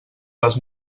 les